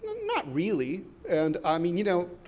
not really, and i mean, you know,